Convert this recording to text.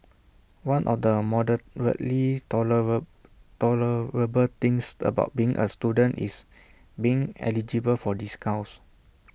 one or the moderately tolerable things about being A student is being eligible for discounts